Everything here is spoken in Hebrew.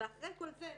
ואחרי כל זה,